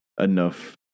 enough